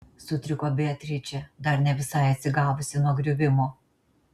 sutriko beatričė dar ne visai atsigavusi nuo griuvimo